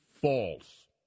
false